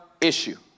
issue